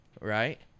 right